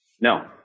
No